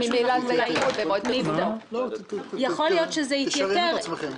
יכול להיות שזה יתייתר.